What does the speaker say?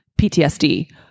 PTSD